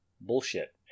bullshit